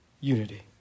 Unity